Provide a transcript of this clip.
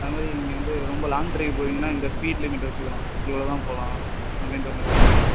அது மாதிரி நீங்கள் வந்து ரொம்ப லாங் டிரைவ் போகறிங்கன்னா இந்த ஸ்பீட் லிமிட்டை வெச்சுக்கிலாம் இவ்வளோ தான் போகலாம் அப்படின்ற மாதிரி ஒரு லிமிட்